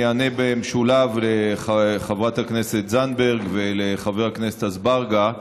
אני אענה במשולב לחברת הכנסת זנדברג ולחבר הכנסת אזברגה.